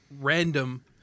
random